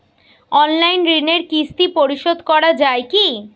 Online ঋণের কিস্তি পরিশোধ করা যায় কি?